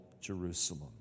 Jerusalem